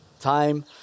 time